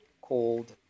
called